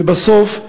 ובסוף,